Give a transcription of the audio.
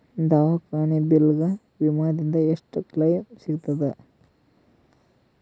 ದವಾಖಾನಿ ಬಿಲ್ ಗ ವಿಮಾ ದಿಂದ ಎಷ್ಟು ಕ್ಲೈಮ್ ಸಿಗತದ?